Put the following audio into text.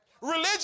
religion